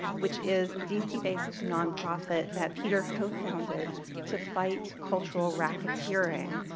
which is the dc based nonprofit that peter co-founded to fight cultural racketeering,